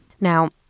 Now